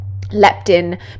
leptin